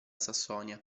sassonia